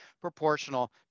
proportional